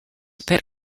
that